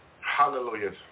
Hallelujah